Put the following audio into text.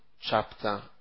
chapter